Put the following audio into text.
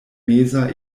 meza